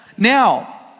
Now